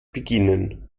beginnen